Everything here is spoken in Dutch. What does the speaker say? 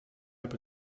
heb